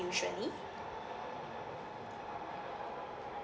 usually